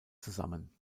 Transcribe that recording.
zusammen